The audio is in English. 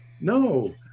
No